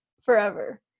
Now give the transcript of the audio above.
forever